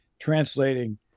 translating